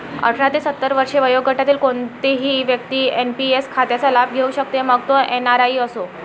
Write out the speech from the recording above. अठरा ते सत्तर वर्षे वयोगटातील कोणतीही व्यक्ती एन.पी.एस खात्याचा लाभ घेऊ शकते, मग तो एन.आर.आई असो